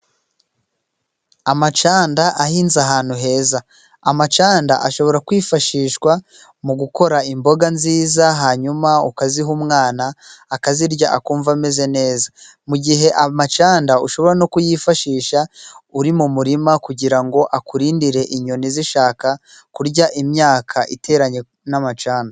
Amacanda ahinze ahantu heza. Amacanda ashobora kwifashishwa mu gukora imboga nziza hanyuma ukaziha umwana akazirya akumva ameze neza, mu gihe amacanda ushobora no kuyifashisha uri mu murima kugira ngo akurindire inyoni zishaka kurya imyaka iteranye n'amacanda.